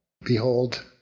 Behold